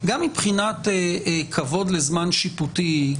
גם מבחינת כבוד לזמן שיפוטי,